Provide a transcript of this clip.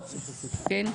(ב)(1)